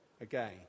again